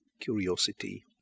curiosity